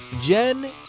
Jen